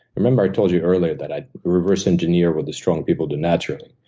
remember i told you earlier that i reverse engineer what the strong people do naturally.